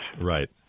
right